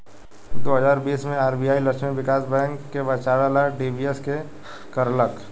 दू हज़ार बीस मे आर.बी.आई लक्ष्मी विकास बैंक के बचावे ला डी.बी.एस.के करलख